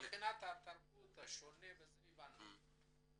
מבחינת התרבות השונה, הבנו.